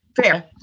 fair